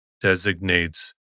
designates